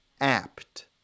apt